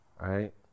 right